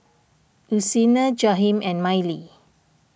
Lucina Jaheem and Mylie